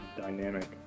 dynamic